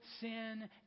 sin